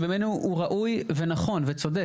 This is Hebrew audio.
שבעינינו הוא ראוי ונכון וצודק.